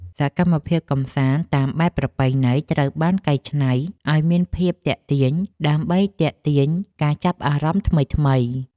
សកម្មភាពកម្សាន្តតាមបែបប្រពៃណីត្រូវបានកែច្នៃឱ្យមានភាពទាក់ទាញ ដើម្បីទាក់ទាញការចាប់អារម្មណ៍ថ្មីៗ។